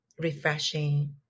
refreshing